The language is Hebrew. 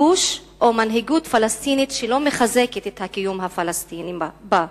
כיבוש או מנהיגות פלסטינית שלא מחזקת את הקיום הפלסטיני בה?